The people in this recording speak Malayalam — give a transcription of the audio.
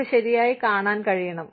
അവർക്ക് ശരിയായി കാണാൻ കഴിയണം